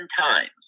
times